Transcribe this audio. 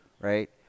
right